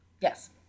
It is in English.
Yes